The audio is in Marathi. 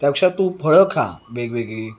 त्यापेक्षा तू फळं खा वेगवेगळी